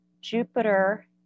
Jupiter